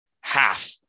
half